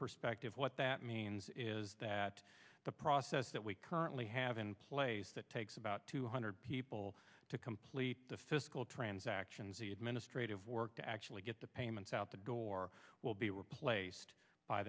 perspective what that means is that the process that we currently have in place that takes about two hundred people to complete the fiscal transactions the administrative work to actually get the payments out the door will be replaced by